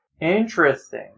Interesting